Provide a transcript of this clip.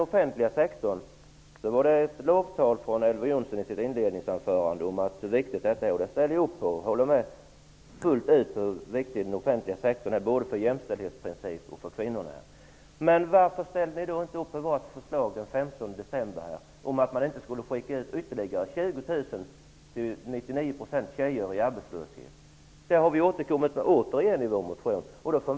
Jonsson ett lovtal i sitt inledningsanförande om hur viktig den är. Det ställer jag upp på. Jag håller fullt och fast med om hur viktig den offentliga sektorn är både för jämställdhetsprincipen och för kvinnorna. Men varför ställde ni er då inte bakom vårt förslag den 15 december om att inte skicka ut ytterligare 20 000, av vilka 99 % är tjejer, i arbetslöshet? Detta har vi återkommit till i vår motion.